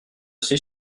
c’est